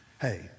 hey